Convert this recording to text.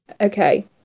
Okay